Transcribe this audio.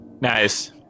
Nice